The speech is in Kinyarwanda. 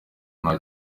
nta